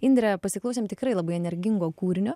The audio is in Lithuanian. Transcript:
indre pasiklausėm tikrai labai energingo kūrinio